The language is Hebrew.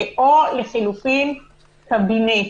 או לחילופין קבינט,